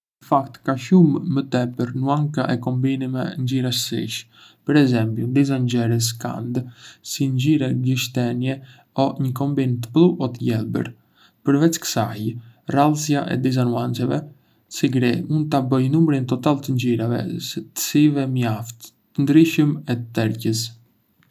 Ndë fakt, ka shumë më tepër nuanca e kombinime ngjyrash sysh. Për ezembju, disa njerëz kandë sy ngjyrë gështenje o një kombinim të blu e të gjelbër. Përveç kësaj, rrallësia e disa nuancave, si gri, mund ta bëjë numrin total të ngjyrave të syve mjaft të ndryshëm e tërheqës.